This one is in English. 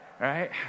right